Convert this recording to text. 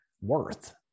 worth